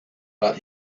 but